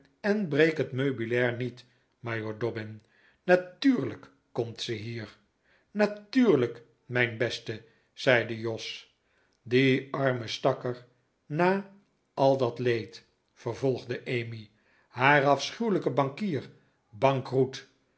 en breek het meubilair niet majoor dobbin natuurlijk komt ze hier natuurlijk mijn beste zeide jos die arme stakker na al dat leed vervolgde emmy haar afschuwelijke bankier bankroet